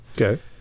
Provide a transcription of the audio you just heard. Okay